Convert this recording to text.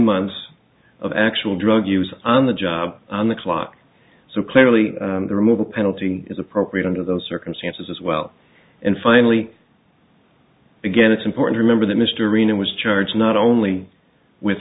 months of actual drug use on the job on the clock so clearly the removal penalty is appropriate under those circumstances as well and finally again it's important remember that mr reno was charged not only with